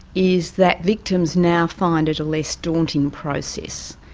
is that victims now find it a less daunting process.